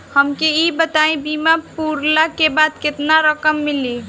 हमके ई बताईं बीमा पुरला के बाद केतना रकम मिली?